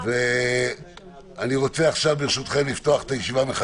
אני פותח את הישיבה.